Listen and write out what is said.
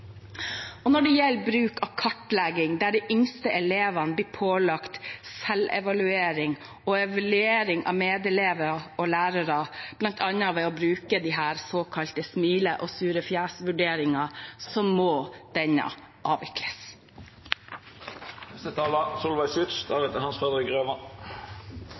Når det gjelder bruken av kartlegging, der de yngste elevene blir pålagt selvevaluering og evaluering av medelever og lærere, bl.a. ved å bruke såkalte smile- og surefjesvurderinger, så må denne